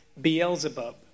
Beelzebub